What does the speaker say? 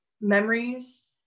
memories